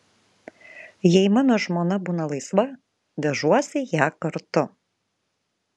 jei mano žmona būna laisva vežuosi ją kartu